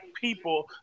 people